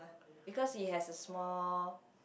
because he has a small